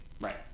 right